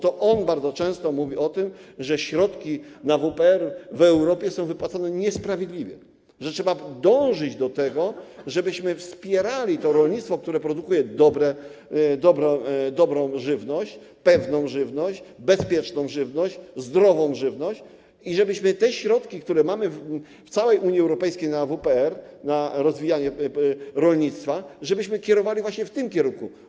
To on bardzo często mówi o tym, że w Europie środki na WPR są wypłacane niesprawiedliwie, że trzeba dążyć do tego, żebyśmy wspierali to rolnictwo, które produkuje dobrą żywność, pewną żywność, bezpieczną żywność, zdrową żywność, i żebyśmy te środki, które mamy w całej Unii Europejskiej na WPR, na rozwijanie rolnictwa, kierowali właśnie w tym kierunku.